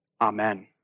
Amen